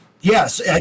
Yes